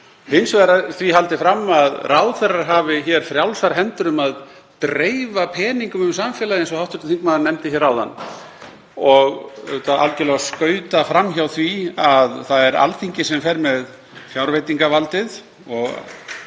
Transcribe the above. Hins vegar er því haldið fram að ráðherrar hafi frjálsar hendur um að dreifa peningum um samfélagið, eins og hv. þingmaður nefndi hér áðan og algjörlega skautað fram hjá því að það er Alþingi sem fer með fjárveitingavaldið.